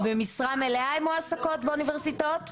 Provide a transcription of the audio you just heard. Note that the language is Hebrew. הן מועסקות באוניברסיטאות במשרה מלאה?